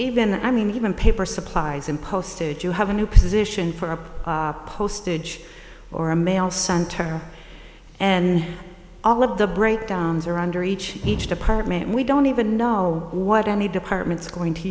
even i mean even paper supplies and postage you have a new position for a postage or a mail center and all of the breakdowns are under each each department and we don't even know what any department is going to